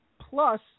plus